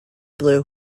blue